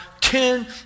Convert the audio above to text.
ten